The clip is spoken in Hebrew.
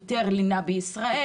היתר לינה בישראל,